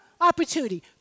opportunity